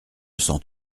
sent